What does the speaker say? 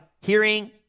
hearing